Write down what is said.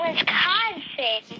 Wisconsin